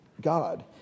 God